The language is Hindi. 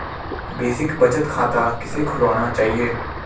बेसिक बचत खाता किसे खुलवाना चाहिए?